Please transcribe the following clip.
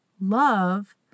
love